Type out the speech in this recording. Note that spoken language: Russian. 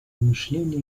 мышление